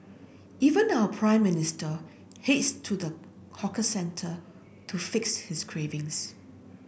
even our Prime Minister heads to the hawker centre to fix his cravings